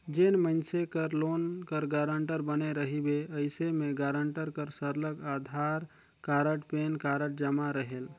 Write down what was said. जेन मइनसे कर लोन कर गारंटर बने रहिबे अइसे में गारंटर कर सरलग अधार कारड, पेन कारड जमा रहेल